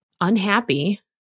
unhappy